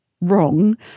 wrong